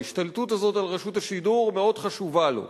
ההשתלטות הזאת על רשות השידור מאוד חשובה לו.